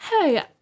Hey